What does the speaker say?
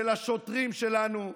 של השוטרים שלנו,